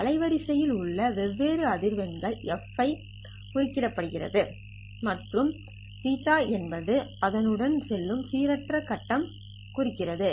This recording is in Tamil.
அலைவரிசையில் உள்ள வெவ்வேறு அதிர்வெண்களை fi குறிக்கிறது மற்றும் θi என்பது அதனுடன் செல்லும்சீரற்ற கட்டம் குறிக்கிறது